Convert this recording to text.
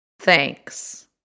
Thanks